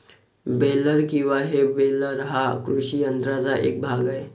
baler किंवा हे baler हा कृषी यंत्राचा एक भाग आहे